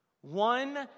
one